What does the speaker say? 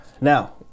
Now